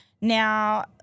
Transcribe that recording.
now